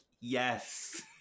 yes